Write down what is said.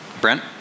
Brent